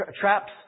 Traps